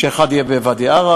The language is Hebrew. שאחד מהם יהיה בוואדי-עארה,